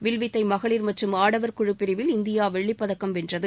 வில்வித்தை மகளி் மற்றும் ஆடவர் குழு பிரிவில் இந்தியா வெள்ளிப்பதக்கம் வென்றது